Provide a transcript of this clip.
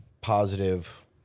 positive